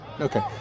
okay